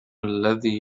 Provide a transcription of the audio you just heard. الذي